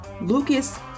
Lucas